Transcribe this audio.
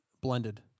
Blended